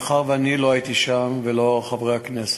מאחר שאני לא הייתי שם ולא חברי הכנסת,